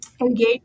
engage